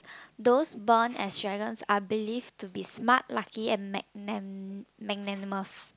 those born as dragons are believed to be smart lucky and magna~ magnanimous